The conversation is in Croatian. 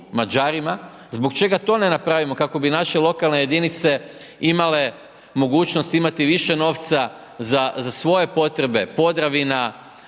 Mađarima, zbog čega to ne napravimo, kako bi naše lokalne jedinice, imale mogućnost imati više novca za svoje potrebe, Podravina,